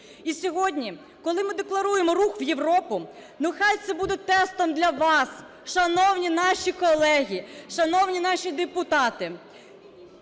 І сьогодні, коли ми декларуємо рух в Європу, нехай це буде тестом для вас, шановні наші колеги, шановні наші депутати,